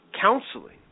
Counseling